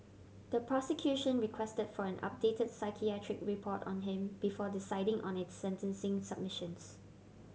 the prosecution request for an update psychiatric report on him before deciding on its sentencing submissions